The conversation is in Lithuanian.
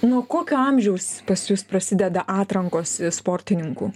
nuo kokio amžiaus pas jus prasideda atrankos sportininkų